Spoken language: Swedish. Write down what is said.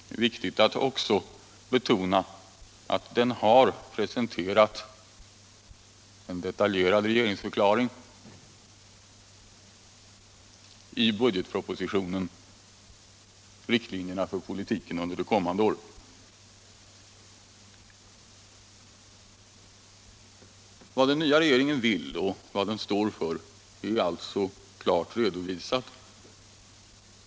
Det är viktigt att också betona att den har presenterat en detaljerad regeringsdeklaration och i budgetpropositionen riktlinjerna för politiken under det kommande året. Vad den nya regeringen vill och vad den står för är alltså klart redovisat.